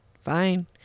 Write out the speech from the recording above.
fine